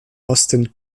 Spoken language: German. osten